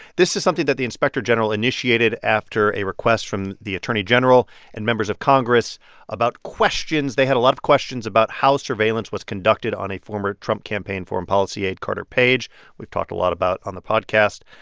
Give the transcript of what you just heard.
this is something that the inspector general initiated after a request from the attorney general and members of congress about questions they had a lot of questions about how surveillance was conducted on a former trump campaign foreign policy aide, carter page we've talked a lot about on the podcast.